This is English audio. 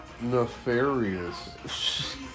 nefarious